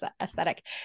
aesthetic